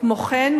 כמו כן,